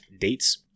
dates